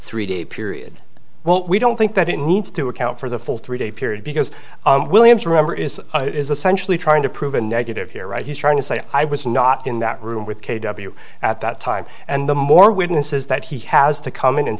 three day period well we don't think that it needs to account for the full three day period because williams remember is it is essential to trying to prove a negative here right he's trying to say i was not in that room with k w at that time and the more witnesses that he has to come in and